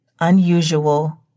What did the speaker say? unusual